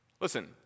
Listen